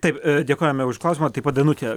taip dėkojame už klausimą taip pat danutė